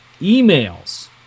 emails